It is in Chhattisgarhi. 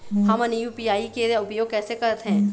हमन यू.पी.आई के उपयोग कैसे करथें?